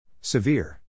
Severe